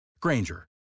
Granger